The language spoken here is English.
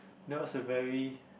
that was a very